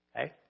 Okay